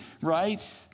right